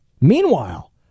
meanwhile